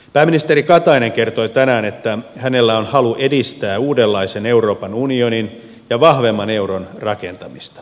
pääministeri katainen kertoi tänään että hänellä on halu edistää uudenlaisen euroopan unionin ja vahvemman euron rakentamista